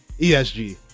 ESG